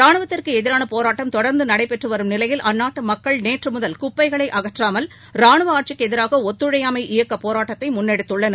ரானுவத்திற்கு எதிரான போராட்டம் தொடர்ந்து நடைபெற்று வரும் நிலையில் அந்நாட்டு மக்கள் நேற்று முதல் குப்பைகளை அகற்றாமல் ரானுவ ஆட்சிக்கு எதிராக ஒத்துழையாமை இயக்க போராட்டத்தை முன்னெடுத்துள்ளனர்